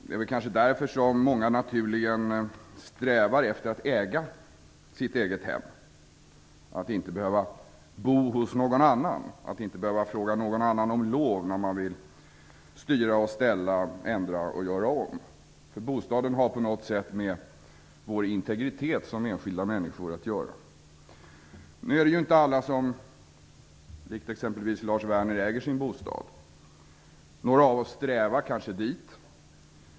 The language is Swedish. Det är väl kanske därför som många naturligen strävar efter att äga sitt eget hem, att inte behöva bo hos någon och inte behöva fråga någon annan om lov när man vill styra och ställa, ändra och göra om. Bostaden har på något sätt med vår integritet som enskilda människor att göra. Nu är det inte alla som likt exempelvis Lars Werner äger sin bostad. Några av oss strävar kanske dit.